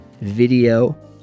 video